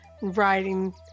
writing